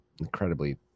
Incredibly